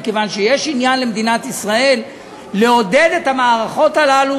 מכיוון שיש עניין למדינת ישראל לעודד את המערכות הללו,